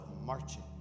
marching